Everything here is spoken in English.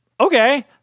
okay